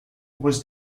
was